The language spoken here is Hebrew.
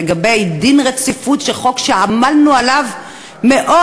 לגבי דין רציפות על חוק שעמלנו עליו מאוד